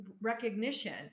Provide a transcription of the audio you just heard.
recognition